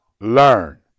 learn